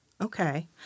Okay